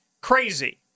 crazy